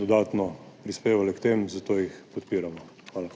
dodatno prispevale k temu, zato jih podpiramo. Hvala.